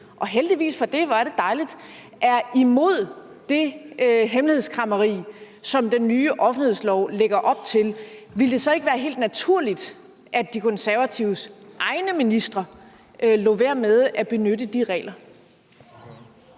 og heldigvis for det, hvor er det dejligt – er imod det hemmelighedskræmmeri, som den nye offentlighedslov lægger op til, at De Konservatives egne ministre lod være med at benytte de regler?